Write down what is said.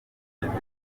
virusi